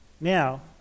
Now